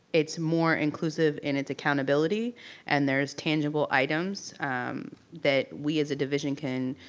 it's more inclusive in its accountability and there's tangible items that we as a division can.